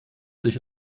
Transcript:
sich